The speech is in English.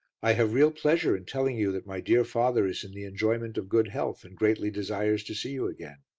i have real pleasure in telling you that my dear father is in the enjoyment of good health and greatly desires to see you again.